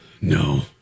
no